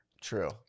True